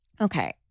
Okay